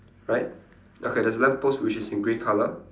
right okay there's a lamppost which is in grey colour